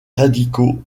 radicaux